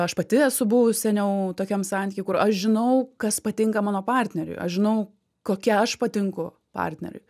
aš pati esu buvus seniau tokiam santyky kur aš žinau kas patinka mano partneriui aš žinau kokia aš patinku partneriui